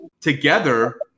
together